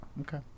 okay